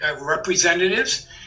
Representatives